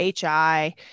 HI